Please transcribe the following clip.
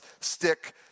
stick